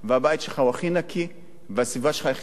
והבית שלך הוא הכי נקי והסביבה שלך הכי מטופחת.